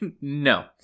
no